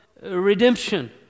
redemption